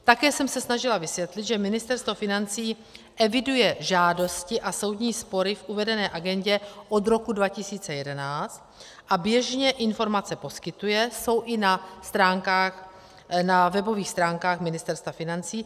Také jsem se snažila vysvětlit, že Ministerstvo financí eviduje žádosti a soudní spory k uvedené agendě od roku 2011 a běžně informace poskytuje, jsou i na webových stránkách Ministerstva financí.